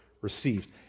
received